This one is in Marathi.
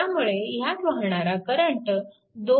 त्यामुळे ह्यात वाहणारा करंट 2